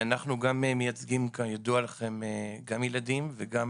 אנחנו מייצגים כידוע לכם גם ילדים וגם